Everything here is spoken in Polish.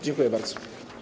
Dziękuję bardzo.